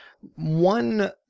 one